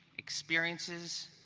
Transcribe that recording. experiences,